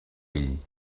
ell